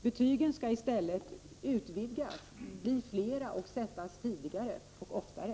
Betygen skall i stället utvidgas, bli flera och sättas tidigare och oftare.